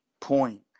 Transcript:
point